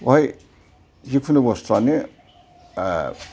बावहाय जिखुनु बुसथुआनो ओ